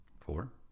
Four